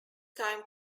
time